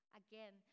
again